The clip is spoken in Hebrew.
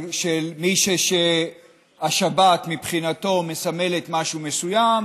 של מי שהשבת מבחינתו מסמלת משהו מסוים,